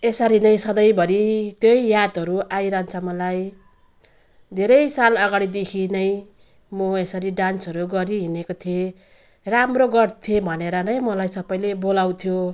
यसरी नै सधैँभरि त्यही यादहरू आइरहन्छ मलाई धेरै साल अगाडिदेखि नै म यसरी डान्सहरू गरिहिँडेको थिएँ राम्रो गर्थेँ भनेर नै मलाई सबले बोलाउँथ्यो